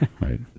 Right